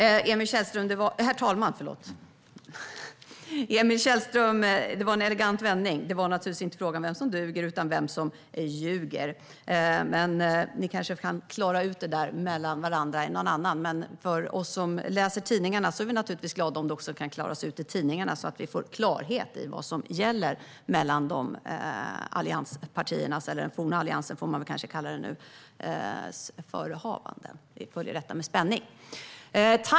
Herr talman! Det var en elegant vändning från Emil Källström. Det var naturligtvis inte fråga om vem som duger utan om vem som ljuger. Men ni kanske kan klara ut det där mellan varandra. Men vi som läser tidningarna är naturligtvis glada om detta också kan klaras ut i tidningarna, så att vi får klarhet i vad som gäller i fråga om allianspartiernas förehavanden. Man får kanske kalla dem för den forna alliansen. Vi följer detta med spänning.